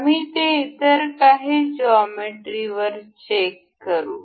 आम्ही ते इतर काही जॉमेट्रीवर चेक करू